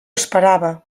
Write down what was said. esperava